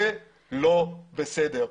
זה לא בסדר.